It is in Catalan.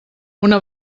una